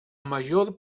major